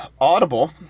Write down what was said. Audible